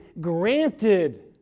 granted